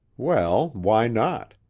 well, why not?